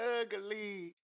ugly